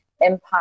impact